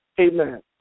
Amen